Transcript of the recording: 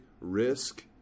risk